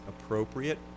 appropriate